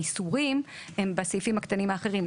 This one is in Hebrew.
האיסורים הם בסעיפים הקטנים האחרים.